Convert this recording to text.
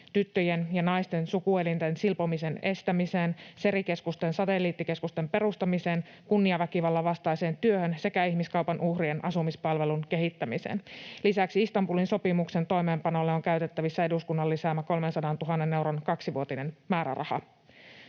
tyttöjen ja naisten sukuelinten silpomisen estämiseen, Seri-keskusten satelliittikeskusten perustamiseen, kunniaväkivallan vastaiseen työhön sekä ihmiskaupan uhrien asumispalvelun kehittämiseen. Lisäksi Istanbulin sopimuksen toimeenpanolle on käytettävissä eduskunnan lisäämä 300 000 euron kaksivuotinen määräraha.